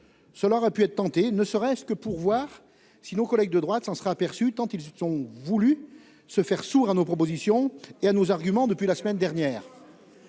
Cela aurait pu être tenté, ne serait-ce que pour voir si nos collègues de droite se sera aperçue tant ils ont voulu se faire sourd à nos propositions et à nos arguments. Depuis la semaine dernière.